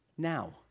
now